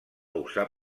usar